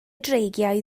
dreigiau